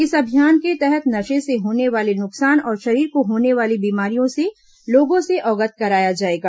इस अभियान के तहत नशे से होने वाले नुकसान और शरीर को होने वाली बीमारियों से लोगों से अवगत कराया जाएगा